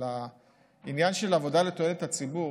על העניין של עבודה לתועלת הציבור,